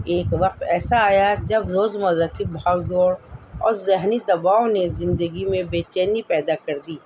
ایک وقت ایسا آیا جب روز مرہ کی بھاگ دوڑ اور ذہنی دباؤ نے زندگی میں بےچینی پیدا کر دی